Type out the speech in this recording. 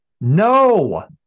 No